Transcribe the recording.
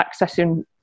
accessing